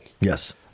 Yes